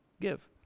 give